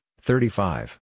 thirty-five